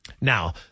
now